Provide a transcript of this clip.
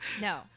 No